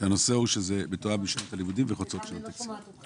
שזה מתואם עם שנת הלימודים וחוצה שנת תקציב.